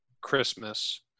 Christmas